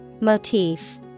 Motif